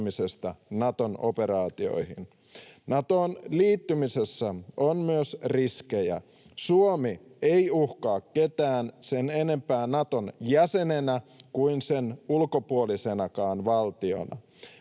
Natoon liittymisessä on myös riskejä. Suomi ei uhkaa ketään sen enempää Naton jäsenenä kuin sen ulkopuolisenakaan valtiona.